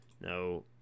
No